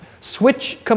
Switch